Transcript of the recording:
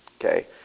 Okay